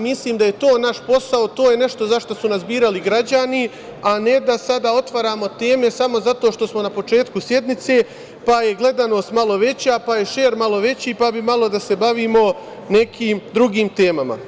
Mislim da je to naš posao, to je nešto za šta su nas birali građani, a ne da sada otvaramo teme samo zato što smo na početku sednice, pa je gledanost malao veća, pa je šer malo veći, pa bi malo da se bavimo nekim drugim temama.